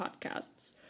podcasts